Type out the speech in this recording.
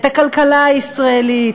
את הכלכלה הישראלית,